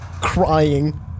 crying